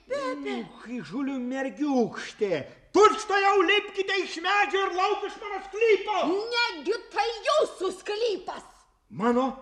pepė įžūli mergiūkštė tučtuojau lipkite iš medžio ir lauk iš mano sklypo mano